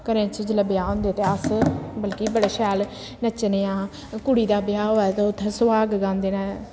घरें च जेल्लै ब्याह् होंदे ते अस बल्कि बड़े शैल नच्चने आं कुड़ी दा ब्याह् होऐ ते उत्थै सुहाग गांदे न